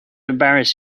embarrass